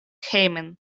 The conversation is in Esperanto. hejmen